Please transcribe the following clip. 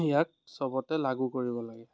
ইয়াক চবতে লাগু কৰিব লাগে